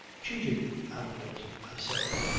cheated out of it, i say!